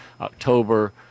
October